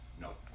No